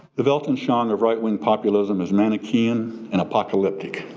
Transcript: the vulcan shang of right-wing populism is manichean and apocalyptic.